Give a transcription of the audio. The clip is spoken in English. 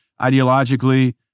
ideologically